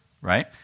right